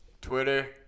Twitter